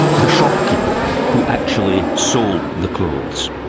the shopkeeper who actually sold the clothes.